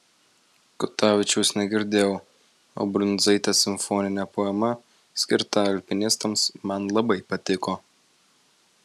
kutavičiaus negirdėjau o brundzaitės simfoninė poema skirta alpinistams man labai patiko